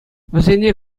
вӗсене